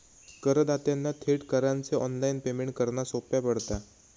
करदात्यांना थेट करांचे ऑनलाइन पेमेंट करना सोप्या पडता